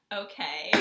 okay